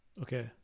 okay